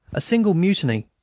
a single mutiny,